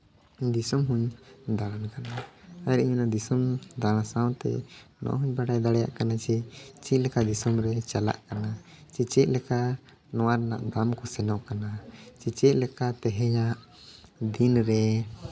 ᱤᱧ ᱫᱤᱥᱚᱢ ᱦᱚᱸᱧ ᱫᱟᱬᱟᱱ ᱠᱟᱱᱟ ᱟᱨ ᱤᱧ ᱚᱱᱟ ᱫᱤᱥᱚᱢ ᱫᱟᱬᱟ ᱥᱟᱶᱛᱮ ᱱᱚᱣᱟ ᱦᱚᱸᱧ ᱵᱟᱰᱟᱭ ᱫᱟᱲᱮᱭᱟᱜ ᱠᱟᱱᱟ ᱡᱮ ᱪᱮᱫ ᱞᱮᱠᱟ ᱫᱤᱥᱚᱢ ᱨᱮ ᱪᱟᱞᱟᱜ ᱠᱟᱱᱟ ᱥᱮ ᱪᱮᱫ ᱞᱮᱠᱟ ᱱᱚᱣᱟ ᱨᱮᱭᱟᱜ ᱫᱟᱢ ᱠᱚ ᱥᱮᱱᱚᱜ ᱠᱟᱱᱟ ᱥᱮ ᱪᱮᱫ ᱞᱮᱠᱟ ᱛᱮᱦᱮᱧᱟᱜ ᱫᱤᱱ ᱨᱮ